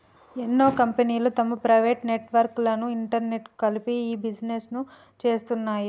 ఎన్నో కంపెనీలు తమ ప్రైవేట్ నెట్వర్క్ లను ఇంటర్నెట్కు కలిపి ఇ బిజినెస్ను చేస్తున్నాయి